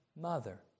mother